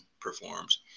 performs